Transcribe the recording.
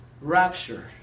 rapture